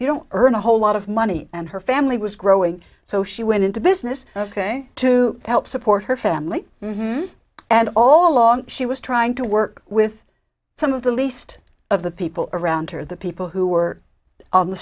you don't earn a whole lot of money and her family was growing so she went into business ok to help support her family and all along she was trying to work with some of the least of the people around her the people who were on the